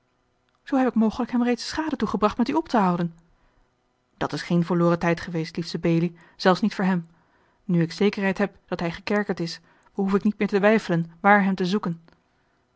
zoo heb ik mogelijk hem reeds schade toegebracht met u op te houden dat is geen verloren tijd geweest liefste belie zelfs niet voor hem nu ik zekerheid heb dat hij gekerkerd is behoef ik niet meer te weifelen waar hem te zoeken